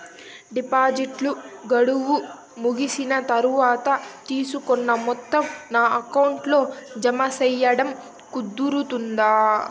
డిపాజిట్లు గడువు ముగిసిన తర్వాత, తీసుకున్న మొత్తం నా అకౌంట్ లో జామ సేయడం కుదురుతుందా?